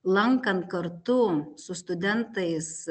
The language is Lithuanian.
lankant kartu su studentais